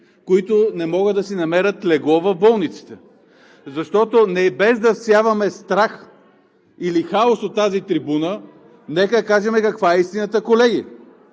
които не могат да си намерят легло в болниците. Без да всяваме страх или хаос от тази трибуна, нека кажем каква е истината, колеги